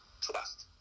trust